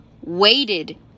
waited